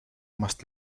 must